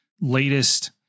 latest